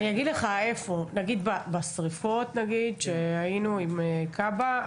אני אגיד לך איפה, בשריפות נגיד שהיינו עם כב"ה.